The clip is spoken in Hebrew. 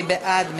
מי בעד?